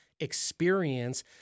Experience